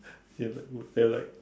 she's like would there like